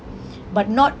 but not